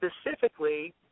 specifically